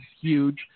huge